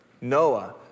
Noah